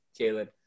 Jalen